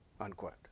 Unquote